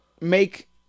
make